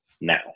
now